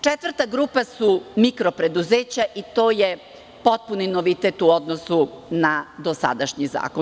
Četvrta grupa su mikropreduzeća i to je potpuni novitet u odnosu na dosadašnji zakon.